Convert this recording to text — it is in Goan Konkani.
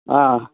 आं